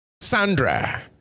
Sandra